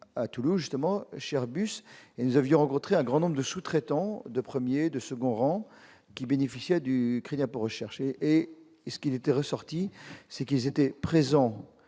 à Toulouse justement chez Airbus et nous avions rencontré un grand nombre de sous-traitants de 1er de second rang qui bénéficiait du crédit impôt recherche et et et ce qu'il était ressorti, c'est qu'ils étaient présents